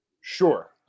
Sure